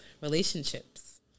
relationships